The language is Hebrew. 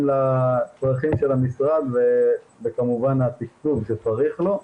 לצרכים של המשרד וכמובן התקצוב שצריך לו.